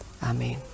Amen